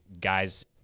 Guys